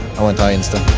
i went high instead.